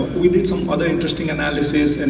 we did some other interesting analyses, and